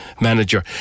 manager